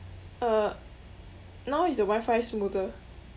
uh now is the wifi smoother